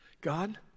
God